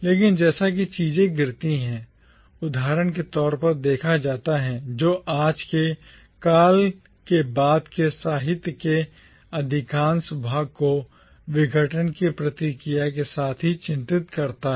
लेकिन जैसा कि चीजें गिरती हैं उदाहरण के तौर पर देखा जाता है जो आज के काल के बाद के साहित्य के अधिकांश भाग को विघटन की प्रक्रिया के साथ ही चिंतित करता है